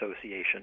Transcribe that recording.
Association